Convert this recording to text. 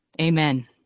Amen